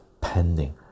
pending